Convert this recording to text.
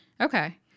Okay